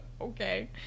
okay